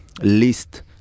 list